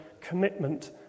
commitment